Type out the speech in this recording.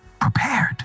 prepared